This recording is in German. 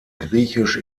griechisch